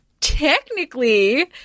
technically